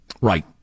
Right